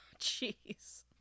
Jeez